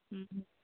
ହୁଁ